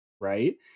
right